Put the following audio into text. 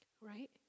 Right